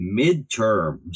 midterms